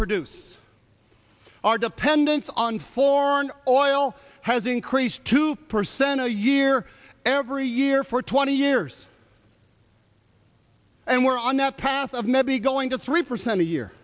produce our dependence on foreign oil has increased two percent a year every year for twenty years and we're on that path of maybe going to three percent a year